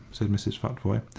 said mrs. futvoye.